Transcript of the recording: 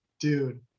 dude